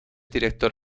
director